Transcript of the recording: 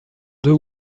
deux